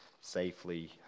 safely